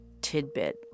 tidbit